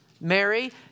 Mary